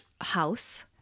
house